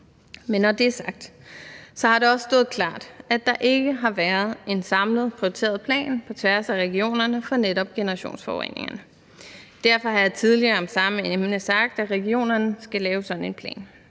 Men når det er sagt, har det også stået klart, at der ikke har været en samlet prioriteret plan på tværs af regionerne for netop generationsforureningerne, og derfor har jeg tidligere om samme emne sagt, at regionerne skal lave sådan en plan.